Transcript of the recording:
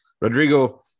Rodrigo